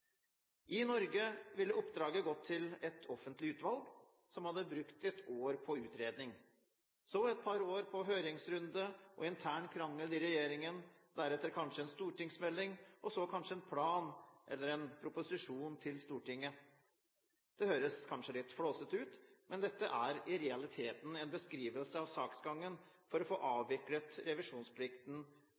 I Norge ville oppdraget gått til et offentlig utvalg, som hadde brukt ett år på utredning, så et par år på høringsrunde og intern krangel i regjeringen, deretter kanskje en stortingsmelding og så kanskje en plan eller en proposisjon til Stortinget. Det høres kanskje litt flåsete ut, men dette er i realiteten en beskrivelse av saksgangen for å få avviklet revisjonsplikten